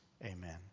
Amen